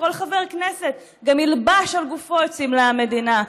שכל חבר כנסת גם ילבש על גופו את סמלי המדינה,